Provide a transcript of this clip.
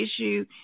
issue